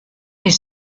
est